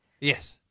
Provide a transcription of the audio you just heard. Yes